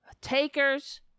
takers